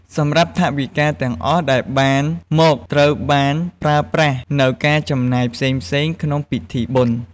សម្រាប់ថវិកាទាំងអស់ដែលបានមកត្រូវបានប្រើប្រាស់នូវការចំណាយផ្សេងៗក្នុងពិធីបុណ្យ។